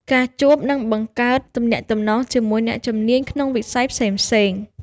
ការជួប និងបង្កើតទំនាក់ទំនងជាមួយអ្នកជំនាញក្នុងវិស័យផ្សេងៗ។